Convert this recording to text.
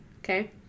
Okay